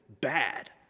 bad